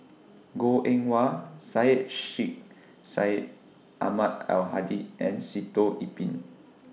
Goh Eng Wah Syed Sheikh Syed Ahmad Al Hadi and Sitoh Yih Pin